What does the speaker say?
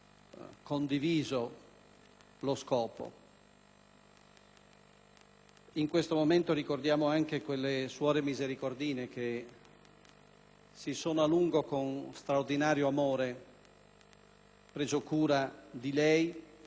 In questo momento ricordiamo anche quelle suore misericordine che si sono, a lungo e con straordinario amore, prese cura di lei, persona viva fino a poco fa